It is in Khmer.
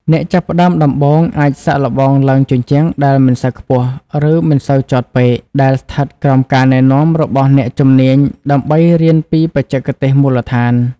អ្នកចាប់ផ្តើមដំបូងអាចសាកល្បងឡើងជញ្ជាំងដែលមិនសូវខ្ពស់ ឬមិនសូវចោតពេក ដែលស្ថិតក្រោមការណែនាំរបស់អ្នកជំនាញដើម្បីរៀនពីបច្ចេកទេសមូលដ្ឋាន។